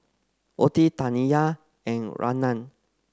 Ottie Taniya and Rayna